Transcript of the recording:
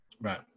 Right